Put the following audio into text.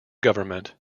government